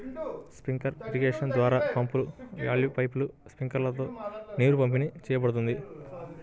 sprinkler irrigation ద్వారా పంపులు, వాల్వ్లు, పైపులు, స్ప్రింక్లర్లతో నీరు పంపిణీ చేయబడుతుంది